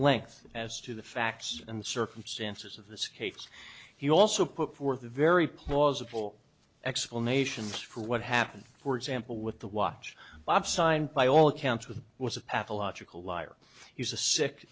length as to the facts and the circumstances of this case he also put forth a very plausible explanations for what happened for example with the watch bob signed by all accounts with was a pathological liar he's a sick